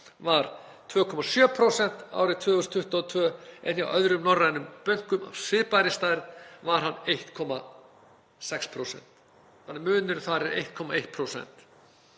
var 2,7% árið 2022 en hjá öðrum norrænum bönkum af svipaðri stærð var hann 1,6%. Munurinn þar á 1,1%.